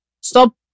Stop